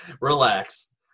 Relax